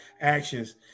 actions